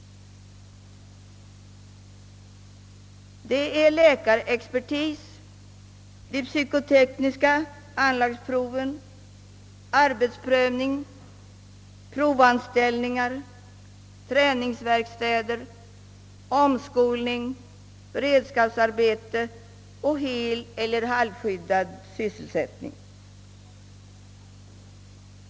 Det är läkarexpertis, de psykotekniska anlagsproven, <arbetsprövning, provanställningar, träningsverkstäder, omskolning, beredskapsarbete och heleller halvskyddad sysselsättning.